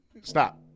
Stop